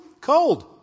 Cold